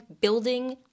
building